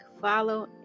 follow